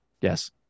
Yes